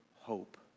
hope